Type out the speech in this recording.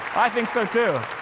i think so, too.